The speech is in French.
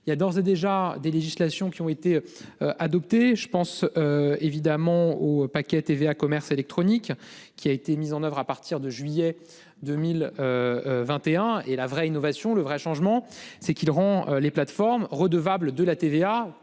Il y a d'ores et déjà des législations qui ont été. Adoptées je pense. Évidemment ou paquet TVA commerce électronique qui a été mise en oeuvre à partir de juillet 2021 et la vraie innovation. Le vrai changement, c'est qu'il rompt les plateformes redevable de la TVA